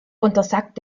untersagt